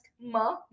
Ma